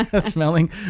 Smelling